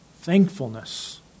thankfulness